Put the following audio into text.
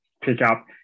pickup